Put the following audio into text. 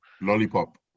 lollipop